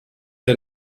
der